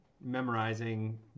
memorizing